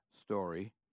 story